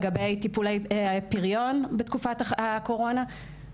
לגבי טיפולי פריון בתקופת הקורונה.